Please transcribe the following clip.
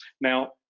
Now